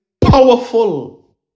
powerful